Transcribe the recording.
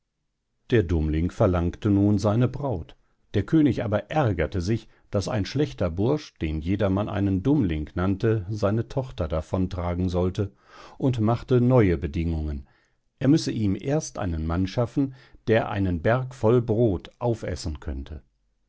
der dummling verlangte nun seine braut der könig aber ärgerte sich daß ein schlechter bursch den jedermann einen dummling nannte seine tochter davon tragen sollte und machte neue bedingungen er müsse ihm erst einen mann schaffen der einen berg voll brod aufessen könnte